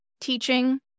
teaching